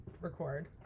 record